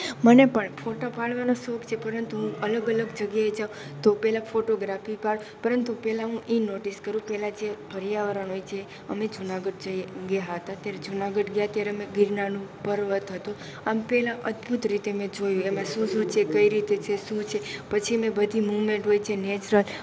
મને પણ ફોટા પાડવાનો શોખ છે પરંતુ હું અલગ અલગ જગ્યાએ જાઉં તો પહેલાં ફોટોગ્રાફી પાડું પરંતુ પહેલાં હું એ નોટિસ કરું પહેલાં જે પર્યાવરણ હોય છે અમે જૂનાગઢ ગયા હતા ત્યારે જૂનાગઢ ગયા ત્યારે અમે ગિરનારનો પર્વત હતો આમ પહેલાં અદ્ભૂત રીતે મેં જોયો એમાં શું શું છે કઈ રીતે છે શું છે પછી મેં બધી મુવમેન્ટ હોય જે નેચરલ